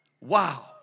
Wow